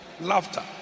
laughter